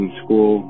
school